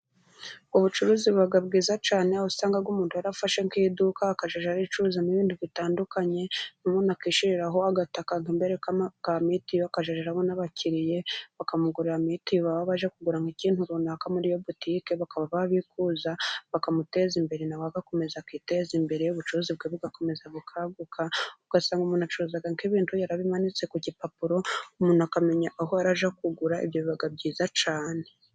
Ubucuruzi buba bwiza cyane, aho usanga umuntu yarafashe nk'iduka akazajya araricuruzamo ibintu bitandukanye, umuntu akishyiriraho agataka imbere ka mitiyu, akazajya arabona n'abakiriya bakamugurira mitiyu, baba baje kugura mu ikintu runaka muri iyo botike bakaba babikuza, bakamuteza imbere nawe agakomeza akiteza imbere ubucuruzi bwe bugakomeza gukaguka, ugasanga umuntu acuruza nk'ibintu yarabimanitse ku gipapuro, umuntu akamenya aho ara ajya kugura, biba byiza cyane.